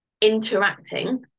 interacting